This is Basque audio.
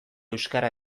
euskara